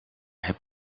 heb